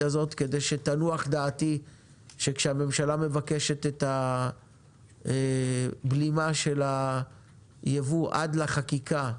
הזאת כדי שתנוח דעתי שכשהממשלה מבקשת את הבלימה של הייבוא עד לחקיקה,